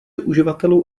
uživatelů